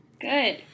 Good